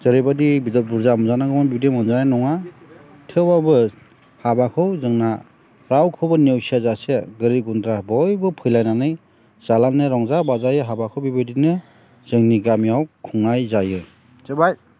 जेरैबायदि बेदर बुरजा मोनजानांगौमोन बिदि मोनजानाय नङा थेवबाबो हाबाखौ जोंना रावखौबो नेउसिया जासे गोरिब गुनद्रा बयबो फैलाय नानै जानानै रंजा बाहायै हाबाखौ बेबायदिनो जोंनि गामियाव खुंनाय जायो